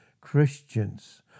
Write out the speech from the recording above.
Christians